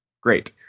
Great